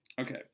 Okay